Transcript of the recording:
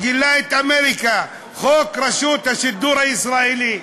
גילה את אמריקה, חוק רשות השידור הישראלי.